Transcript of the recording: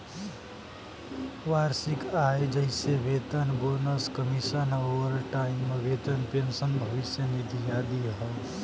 वार्षिक आय जइसे वेतन, बोनस, कमीशन, ओवरटाइम वेतन, पेंशन, भविष्य निधि आदि हौ